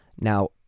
Now